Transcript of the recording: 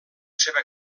seva